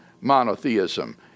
monotheism